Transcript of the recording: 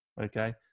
Okay